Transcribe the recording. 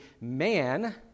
man